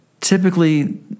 typically